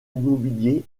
immobilier